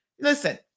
Listen